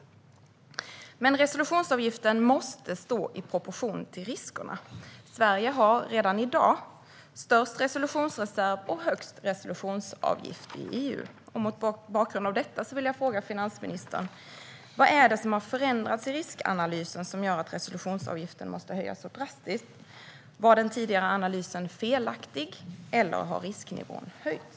Men resolutionsavgiften måste stå i proportion till riskerna. Sverige har redan i dag störst resolutionsreserv och högst resolutionsavgift i EU. Mot bakgrund av detta vill jag fråga finansministern: Vad är det som har förändrats i riskanalysen som gör att resolutionsavgiften måste höjas så drastiskt? Var den tidigare analysen felaktig, eller har risknivån höjts?